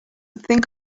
think